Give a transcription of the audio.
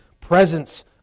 presence